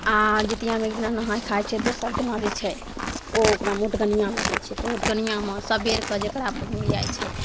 आओर जितिआमे एक दिना नहाइ खाइ छै दोसर दिना छै ओ ओकरा ओठगनिआ लागै छै तऽ ओठगनिआमे सबेरके जकरा अपन ओरिआइ छै